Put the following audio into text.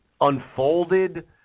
unfolded